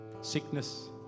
sickness